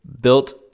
built